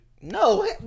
No